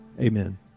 amen